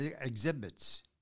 exhibits